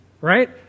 right